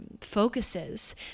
focuses